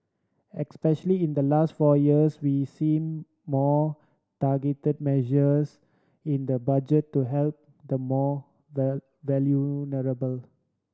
especially in the last four years we seen more targeted measures in the Budget to help the more vulnerable